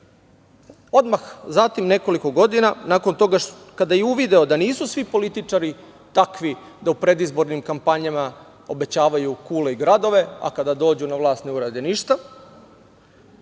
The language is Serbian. Odmah nakon nekoliko godina, kada je uvideo da nisu svi političari takvi da u predizbornim kampanjama obećavaju kule i gradove, a kada dođu na vlast ne urade ništa,